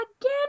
again